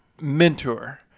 Mentor